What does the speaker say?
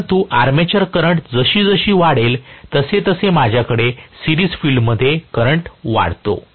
परंतु armature current जसजशी वाढेल तसतसे माझ्याकडे सिरीज फील्ड मध्ये करंट वाढतो